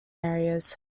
areas